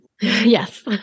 Yes